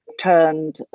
turned